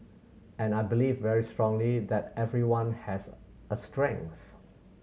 and I believe very strongly that everyone has a strength